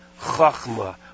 chachma